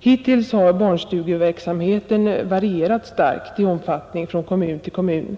Hittills har barnstugeverksamheten varierat starkt i omfattning från kommun till kommun.